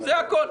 זה הכול.